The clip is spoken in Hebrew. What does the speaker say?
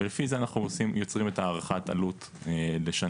ולפי זה אנחנו יוצרים את הערכת העלות לשנה.